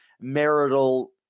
marital